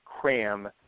cram